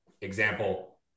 example